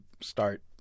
start